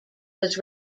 was